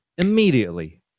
Immediately